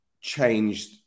changed